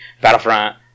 Battlefront